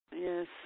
Yes